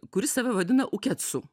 kuris save vadina ukecu